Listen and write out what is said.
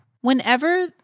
whenever